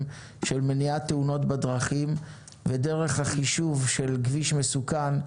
של מניעת תאונות דרכים ודרך החישוב של כביש מסוכן,